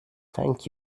thank